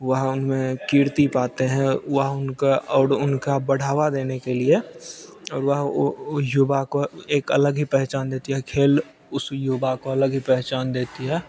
वहाँ उनमें कीर्ति पाते हैं वहाँ उनका और उनका बढ़ावा देने के लिए वहाँ युवा को एक अलग ही पहचान देती है खेल उस युवा को अलग ही पहचान देती है